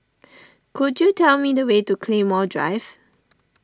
could you tell me the way to Claymore Drive